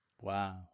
Wow